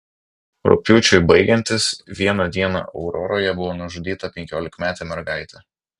rugpjūčiui baigiantis vieną dieną auroroje buvo nužudyta penkiolikametė mergaitė